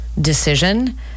decision